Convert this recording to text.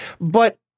but-